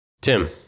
Tim